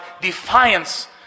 defiance